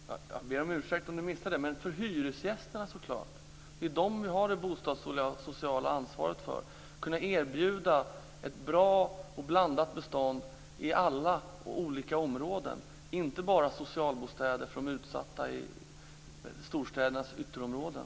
Fru talman! Jag ber om ursäkt om det inte framgick. Det är klart att det är för hyresgästerna som vi har det bostadssociala ansvaret; att erbjuda dem ett bra och blandat bestånd i alla områden, inte bara socialbostäder för de utsatta i storstädernas ytterområden.